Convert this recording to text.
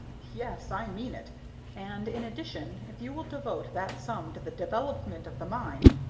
yes, i mean it and, in addition, if you will devote that sum to the development of the mine,